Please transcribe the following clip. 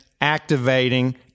activating